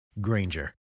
Granger